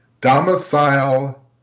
domicile